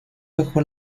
bajo